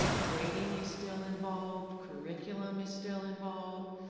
grading is still involved, curriculum is still involved.